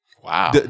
Wow